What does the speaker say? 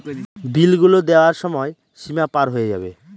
বিল গুলো দেওয়ার সময় সীমা পার হয়ে যাবে